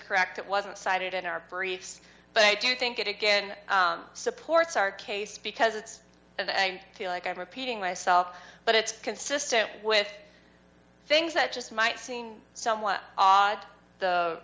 correct that wasn't cited in our briefs but i do think it again supports our case because it's and i feel like i'm repeating myself but it's consistent with things that just might seen somewhat odd